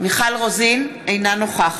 אינה נוכחת מיקי רוזנטל, אינו נוכח